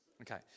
Okay